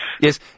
Yes